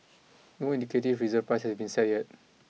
no indicative reserve price has been set yet